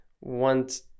want